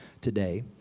today